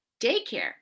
daycare